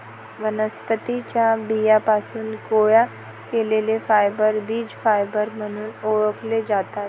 वनस्पतीं च्या बियांपासून गोळा केलेले फायबर बीज फायबर म्हणून ओळखले जातात